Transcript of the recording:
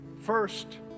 First